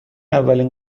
اولین